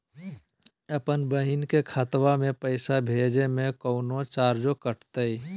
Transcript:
अपन बहिन के खतवा में पैसा भेजे में कौनो चार्जो कटतई?